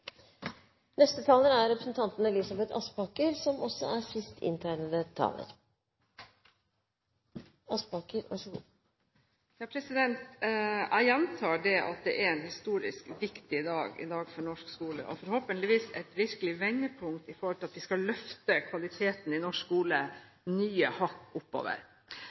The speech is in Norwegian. Jeg gjentar at dette er en historisk viktig dag for norsk skole og forhåpentligvis et virkelig vendepunkt når det gjelder å løfte kvaliteten i norsk skole nye hakk.